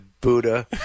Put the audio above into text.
Buddha